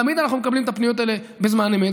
תמיד אנחנו מקבלים את הפניות האלה בזמן אמת,